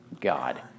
God